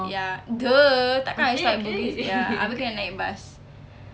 ya !duh! takkan I stop at bugis sia abeh kena naik bus